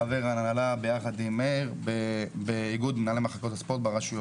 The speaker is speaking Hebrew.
חבר ההנהלה ביחד עם מאיר באיגוד מנהלי מחלקות הספורט ברשויות.